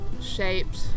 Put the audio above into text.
shaped